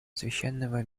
священного